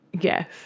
yes